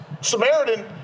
Samaritan